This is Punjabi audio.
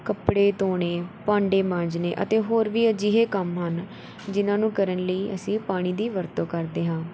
ਕੱਪੜੇ ਧੋਣੇ ਭਾਂਡੇ ਮਾਂਜਣੇ ਅਤੇ ਹੋਰ ਵੀ ਅਜਿਹੇ ਕੰਮ ਹਨ ਜਿਨ੍ਹਾਂ ਨੂੰ ਕਰਨ ਲਈ ਅਸੀਂ ਪਾਣੀ ਦੀ ਵਰਤੋਂ ਕਰਦੇ ਹਾਂ